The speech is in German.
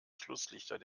schlusslichter